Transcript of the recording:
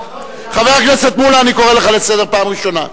חבר הכנסת מולה, אני קורא לך לסדר פעם ראשונה.